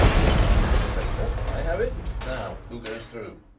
replied the inspector. i have it. now who goes through?